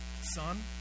son